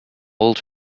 old